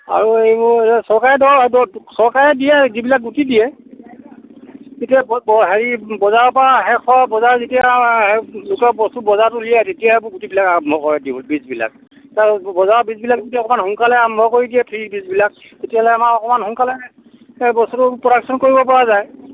আৰু এইবোৰ চৰকাৰে চৰকাৰে দিয়ে যিবিলাক গুটি দিয়ে এতিয়া বৰ হেৰি বজাৰৰ পৰা এশ বজাৰ যেতিয়া গোটেই বস্তু বজাৰত উলিয়াই তেতিয়া গুটিবিলাক আৰম্ভ কৰে বীজবিলাক বজাৰৰ বীজবিলাক যদি অকণমান সোনকালে আৰম্ভ কৰি দিয়ে ফ্ৰী বীজবিলাক তেতিয়াহ'লে আমাৰ অকণমান সোনকালে সেই বস্তুটো প্ৰডাকশ্যন কৰিব পৰা যায়